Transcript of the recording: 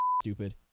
stupid